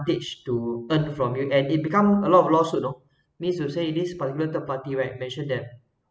to earn from your and it become a lot of lawsuit oh means you say if this particular third party right mentioned that